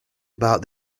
about